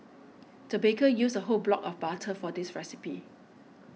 the baker used a whole block of butter for this recipe